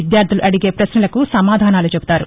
విద్యార్థలు అడిగే పశ్నలకు సమాధానాలు చెబుతారు